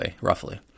roughly